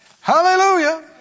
Hallelujah